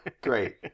Great